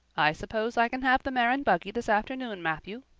i suppose i can have the mare and buggy this afternoon, matthew?